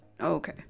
okay